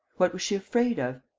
what was she afraid of?